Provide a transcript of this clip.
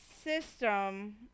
system